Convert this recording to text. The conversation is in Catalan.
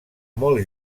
molt